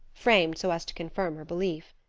framed so as to confirm her belief.